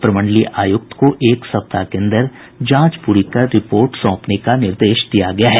प्रमंडलीय आयुक्त को एक सप्ताह के अंदर जांच पूरी कर रिपोर्ट सौंपने का निर्देश दिया है